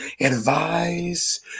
advise